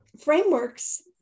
frameworks